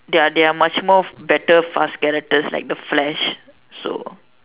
ya there are much more better fast characters like the flash so